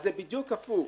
אז זה בדיוק הפוך.